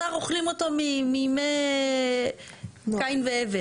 בשר אוכלים אותו מימי קין והבל.